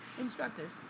instructors